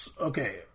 Okay